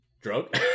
drug